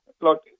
Look